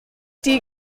die